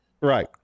Right